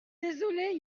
désolé